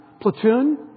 Platoon